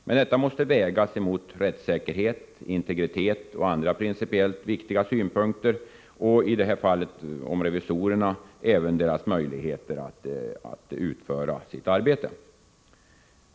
Men detta måste vägas mot rättssäkerhet, integritet och andra principiellt viktiga synpunkter — och när det gäller revisorerna även deras möjligheter att utföra sitt arbete.